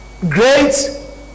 great